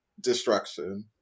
destruction